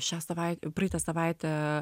šią savait praeitą savaitę